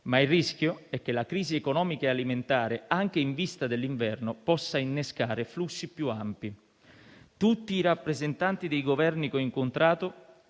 ma il rischio è che la crisi economica e alimentare, anche in vista dell'inverno, possa innescare flussi più ampi. Tutti i rappresentanti dei Governi che ho incontrato